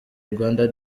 rwanda